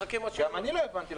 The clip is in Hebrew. גם אני לא הבנתי.